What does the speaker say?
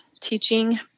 teaching